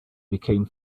became